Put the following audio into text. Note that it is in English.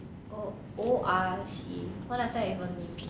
oh O R C what is that even mean